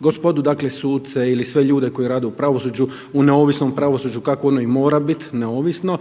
gospodu, dakle suce ili sve ljude koji rade u pravosuđu, u neovisnom pravosuđu kako ono i mora bit neovisno,